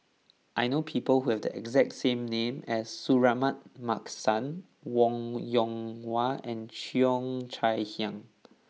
I know people who have the exact same name as Suratman Markasan Wong Yoon Wah and Cheo Chai Hiang